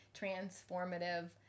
transformative